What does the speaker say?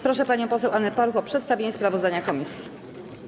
Proszę panią poseł Annę Paluch o przedstawienie sprawozdania komisji.